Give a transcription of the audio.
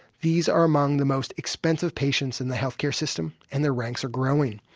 these are among the most expensive patients in the health care system, and their ranks are growing.